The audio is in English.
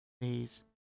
please